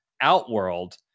Outworld